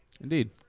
indeed